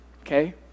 Okay